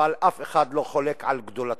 אבל אף אחד לא חולק על גדולתו